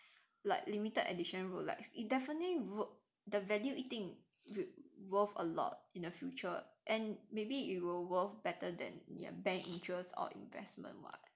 like limited edition rolex it definitely the value 一定 worth a lot in the future and maybe it will worth better than bank interest or investment [what]